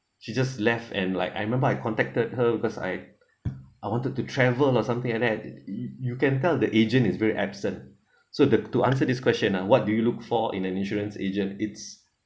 she just left and like I remember I contacted her because I I wanted to travel or something and then I you you can tell the agent is very absent so the to answer this question ah what do you look for in an insurance agent it's